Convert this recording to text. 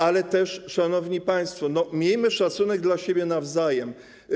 Ale też, szanowni państwo, miejmy szacunek dla siebie nawzajem.